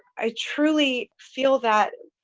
i truly feel that